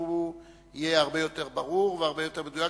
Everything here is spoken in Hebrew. שהוא יהיה הרבה יותר ברור והרבה יותר מדויק,